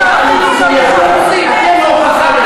אתה בושה וחרפה.